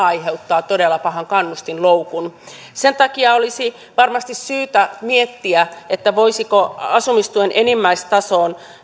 aiheuttaa todella pahan kannustinloukun sen takia olisi varmasti syytä miettiä voisiko asumistuen enimmäistasoon